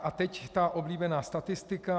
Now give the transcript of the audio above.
A teď ta oblíbená statistika.